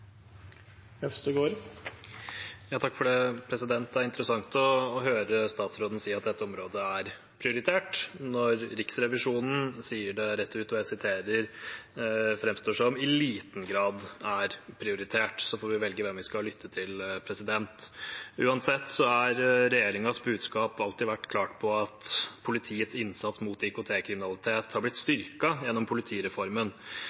interessant å høre statsråden si at dette området er prioritert, når Riksrevisjonen sier rett ut – og jeg siterer – at det framstår som at det «i liten grad er prioritert». Så får vi velge hvem vi skal lytte til. Uansett: Regjeringens budskap har alltid vært klart på at politiets innsats mot IKT-kriminalitet har blitt